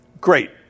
great